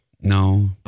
no